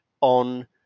on